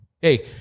hey